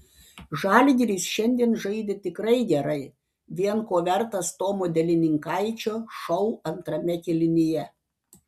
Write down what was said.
žalgiris šiandien žaidė tikrai gerai vien ko vertas tomo delininkaičio šou antrame kėlinyje